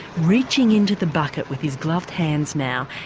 reaching into the bucket with his gloved hands now,